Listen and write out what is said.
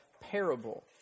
parable